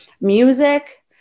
music